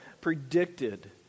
predicted